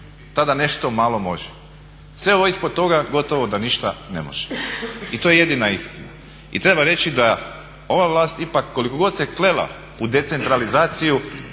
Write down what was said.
tada nešto malo može. Sve ovo ispod toga gotovo da ništa ne može i to je jedina istina. I treba reći da ova vlast ipak koliko god se klela u decentralizaciju